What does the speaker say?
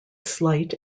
slight